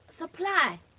supply